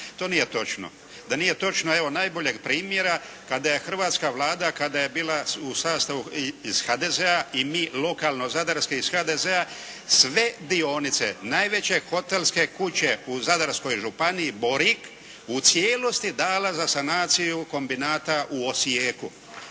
To nije točno. Da nije točno evo najboljeg primjera kada je hrvatska Vlada kada je bila u sastavu iz HDZ-a i mi lokalno zadarske iz HDZ-a sve dionice najveće hotelske kuće u Zadarskoj županiji Borik u cijelosti dala za sanaciju kombinata u Osijeku.